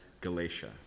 Galatia